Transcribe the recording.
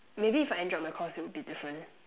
maybe if I enjoyed my course it would be different